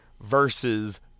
versus